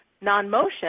non-motion